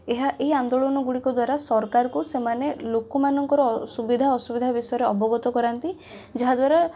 ଏହା ଏହି ଆନ୍ଦୋଳନ ଗୁଡ଼ିକଦ୍ଵାରା ସରକାରଙ୍କୁ ସେମାନେ ଲୋକମାନଙ୍କର ସୁବିଧା ଅସୁବିଧା ବିଷୟରେ ଅବଗତ କରାନ୍ତି ଯାହାଦ୍ଵାରା